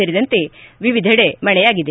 ಸೇರಿದಂತೆ ವಿವಿಧೆಡೆ ಮಳೆಯಾಗಿದೆ